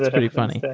ah pretty funny.